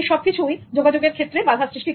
ইত্যাদি যোগাযোগের ক্ষেত্রে বাধা সৃষ্টি করে